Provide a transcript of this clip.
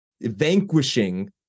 vanquishing